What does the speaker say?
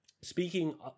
Speaking